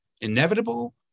inevitable